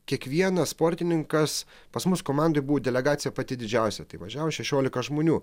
kiekvienas sportininkas pas mus komandoj buvo delegacija pati didžiausia tai važiavo šešiolika žmonių